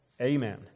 Amen